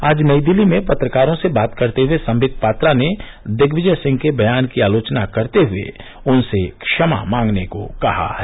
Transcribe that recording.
आज नई दिल्ली में पत्रकारों से बात करते हुए संबित पात्रा ने दिग्विजय सिंह के बयान की आलोचना करते हुए उनसे क्षमा मांगने को कहा है